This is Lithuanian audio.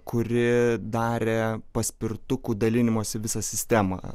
kuri darė paspirtukų dalinimosi visą sistemą